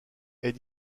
est